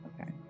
Okay